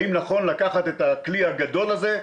האם נכון לקחת את הכלי הגדול הזה,